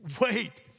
Wait